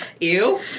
Ew